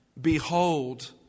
Behold